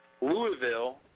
Louisville